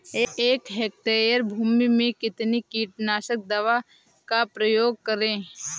एक हेक्टेयर भूमि में कितनी कीटनाशक दवा का प्रयोग करें?